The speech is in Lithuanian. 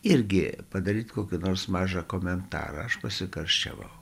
irgi padaryt kokį nors mažą komentarą aš pasikarščiavau